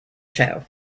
show